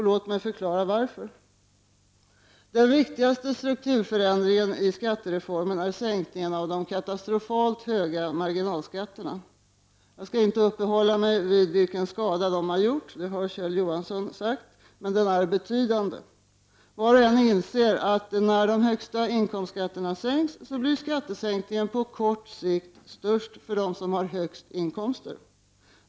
Låt mig förklara varför. Den viktigaste strukturförändringen i skattereformen är sänkningen av de katastrofalt höga marginalskatterna. Jag skall inte uppehålla mig vid vilken skada de har gjort, det har Kjell Johansson sagt, men den är betydande. Var och en inser att när de högsta inkomstskatterna sänks blir skattesänkningen på kort sikt störst för dem som har de högsta inkomsterna.